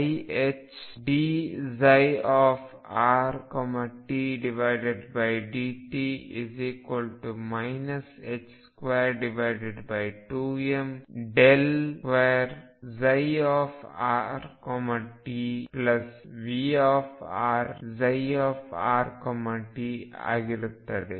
3D analogue iℏdψrtdt 22m2rtVrψrt ಆಗಿರುತ್ತದೆ